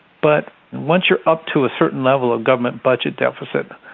but once you're up to a certain level of government budget deficit,